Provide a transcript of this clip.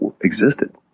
existed